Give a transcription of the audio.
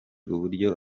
uburyo